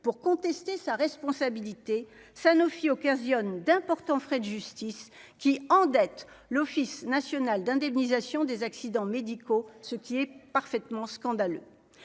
pour contester sa responsabilité Sanofi occasionne d'importants frais de justice qui endette l'Office national d'indemnisation des accidents médicaux, ce qui est parfaitement scandaleux,